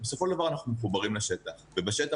בסופו של דבר אנחנו מחוברים לשטח ובשטח